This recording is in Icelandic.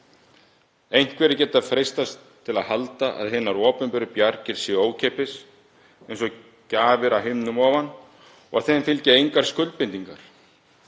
Einhverjir geta freistast til að halda að hinar opinberu bjargir séu ókeypis, eins og gjafir af himnum ofan, og að þeim fylgi engar skuldbindingar.